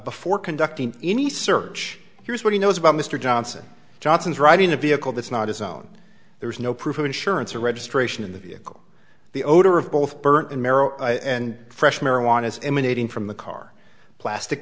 before conducting any search here's what he knows about mr johnson johnson's riding a vehicle that's not his own there is no proof of insurance or registration in the vehicle the odor of both burnt and marrow and fresh marijuana is emanating from the car plastic